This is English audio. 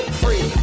free